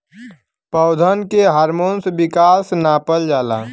पौधन के हार्मोन विकास नापल जाला